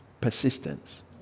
persistence